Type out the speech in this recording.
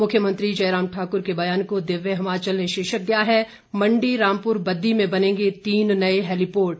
मुख्यमंत्री जयराम ठाकुर के बयान को दिव्य हिमाचल ने शीर्षक दिया है मंडी रामपुर बद्दी में बनेंगे तीन नए हेलीपोर्ट